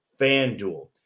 FanDuel